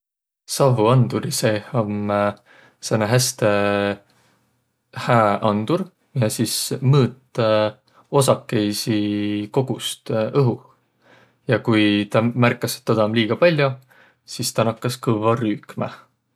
Savvuanduri seeh om sääne häste hää andur, miä sis mõõt osakõisi kogust õhuh. Ja kui tuu märkas, et toda om liiga pall'o, sis tä nakkas kõvva rüükmä.